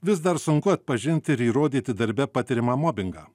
vis dar sunku atpažint ir įrodyti darbe patiriamą mobingą